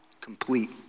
complete